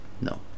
No